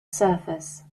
surface